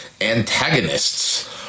antagonists